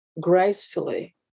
gracefully